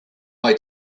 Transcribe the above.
way